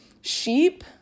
Sheep